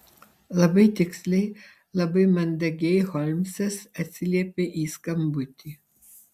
labai tiksliai labai mandagiai holmsas atsiliepė į skambutį